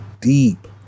deep